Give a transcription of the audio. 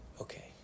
Okay